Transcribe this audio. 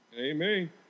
Amen